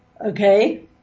okay